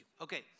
Okay